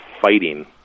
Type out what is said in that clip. fighting